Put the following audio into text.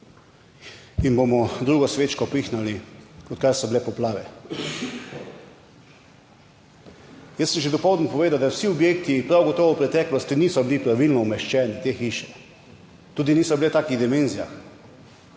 in bomo drugo svečko pihnili odkar so bile poplave. Jaz sem že dopoldne povedal, da vsi objekti prav gotovo v preteklosti niso bili pravilno umeščeni, te hiše, tudi niso bile v takih dimenzijah,